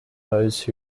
those